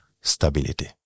stability